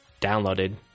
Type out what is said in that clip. downloaded